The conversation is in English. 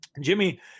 Jimmy